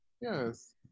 yes